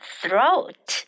throat